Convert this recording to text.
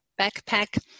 backpack